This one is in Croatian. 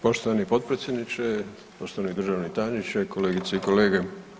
Poštovani potpredsjedniče, poštovani državni tajniče, kolegice i kolege.